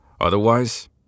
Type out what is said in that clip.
Otherwise